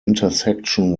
intersection